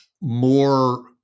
more